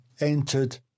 entered